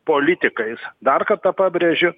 politikais dar kartą pabrėžiu